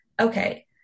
okay